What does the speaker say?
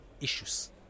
issues